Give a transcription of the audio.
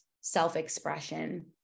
self-expression